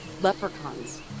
leprechauns